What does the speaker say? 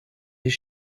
his